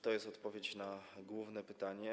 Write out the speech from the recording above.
To jest odpowiedź na główne pytanie.